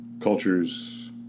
cultures